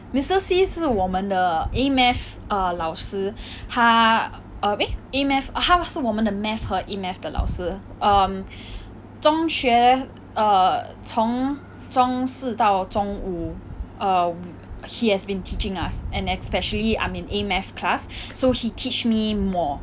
mister see 是我们的 err A math err 老师他 err eh A math 他是我们 A math 和 E math 的老师 um 中学 err 从中四到中五 err he has been teaching us and especially I'm in A math class so he teach me more